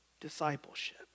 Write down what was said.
discipleship